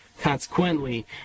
Consequently